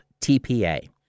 TPA